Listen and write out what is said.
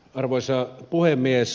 arvoisa puhemies